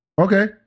Okay